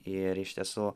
ir iš tiesų